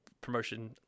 promotion